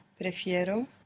Prefiero